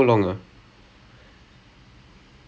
the smaller the small matches are eight hours